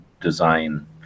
design